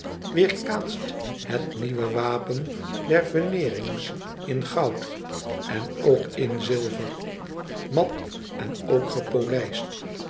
weerkaatst het nieuwe wapen der vemeerings in goud en ook in zilver mat en ook gepolijst